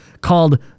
called